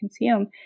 consume